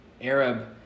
Arab